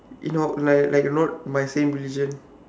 you know like like not my same religion